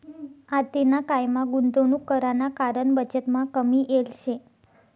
आतेना कायमा गुंतवणूक कराना कारण बचतमा कमी येल शे